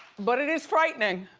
but it is frightening,